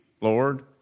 Lord